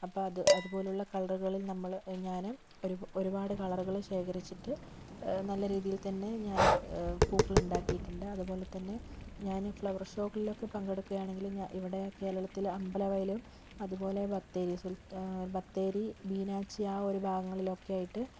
അപ്പം അത് അതുപോലെയുള്ള കളറുകളിൽ നമ്മൾ ഞാൻ ഒരു ഒരുപാട് കളറുകൾ ശേഖരിച്ചിട്ട് നല്ല രീതിയിൽ തന്നെ ഞാൻ പൂക്കളുണ്ടാക്കിയിട്ടുണ്ട് അതുപോലെതന്നെ ഞാൻ ഫ്ലവർ ഷോകളിലൊക്കെ പങ്കെടുക്കുകയാണെങ്കിൽ ഞാ ഇവിടെ കേരളത്തിൽ അമ്പലവയലും അതുപോലെ ബത്തേരി സുൽത്താൻ ബത്തേരി ബീനാച്ചി ആ ഒരു ഭാഗങ്ങളിലൊക്കെ ആയിട്ട്